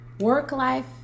work-life